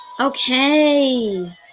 Okay